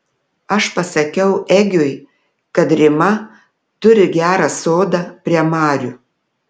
aš pasakiau egiui kad rima turi gerą sodą prie marių